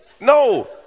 No